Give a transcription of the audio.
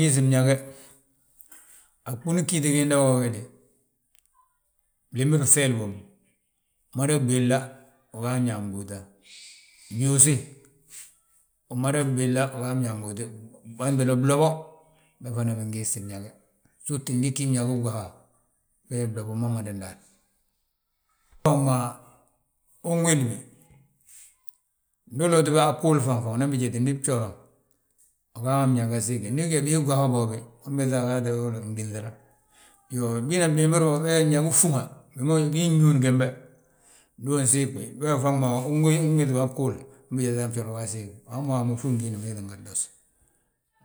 Bgiisi bñege, aɓuni ggíti giinda go ge de, glimbiri gŧeeli gommu, umada wi ɓéŧina uga wi ñaa gbúuta. Byuusi, umada wi ɓéŧina unan wi ñaa gbúuta, Bo wentele blobo, be fana bin ngiisi bñege, sirtu ngi bgí bñegin gwaha. Be blobo ma mada ndaani, unwéli bi, ndu uloti bi han bguul fan fan unan bi jéti ndi bjoolo mo. Ugaa bñaa aga siigi, ndu ugaa bi gwaha goo ge unbiiŧa agaa yoorri ginŧila. Iyoo, bina blimbir bo, be bñegi bfúŋa, bi ma gii gyuun gembe, ndu unsiig bi, ndu yaa fan ma unjéti bi han bguul, unan bijeti han bjoolu uga siigi, wammu wammu bfúŋi biindi ma bii ttin ha dos.